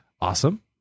Awesome